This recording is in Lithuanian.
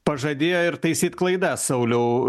pažadėjo ir taisyt klaidas sauliau